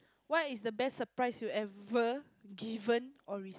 what is a best surprise you ever given or re~